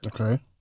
Okay